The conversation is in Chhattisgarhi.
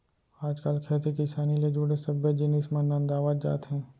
आज काल खेती किसानी ले जुड़े सब्बे जिनिस मन नंदावत जात हें